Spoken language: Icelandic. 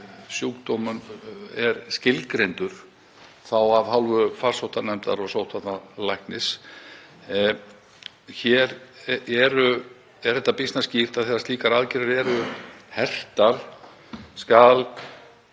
sjúkdómur er skilgreindur af hálfu farsóttanefndar og sóttvarnalæknis. Hér er það býsna skýrt að þegar slíkar aðgerðir eru hertar skal